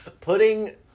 putting